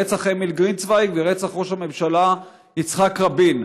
רצח אמיל גרינצווייג ורצח ראש הממשלה יצחק רבין.